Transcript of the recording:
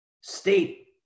State